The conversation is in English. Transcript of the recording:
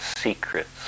secrets